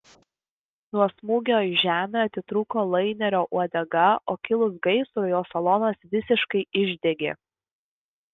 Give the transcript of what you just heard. nuo smūgio į žemę atitrūko lainerio uodega o kilus gaisrui jo salonas visiškai išdegė